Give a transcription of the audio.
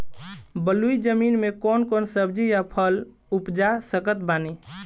बलुई जमीन मे कौन कौन सब्जी या फल उपजा सकत बानी?